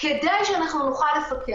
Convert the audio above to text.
אנחנו לא בוחרים אותם לא לפי גזע,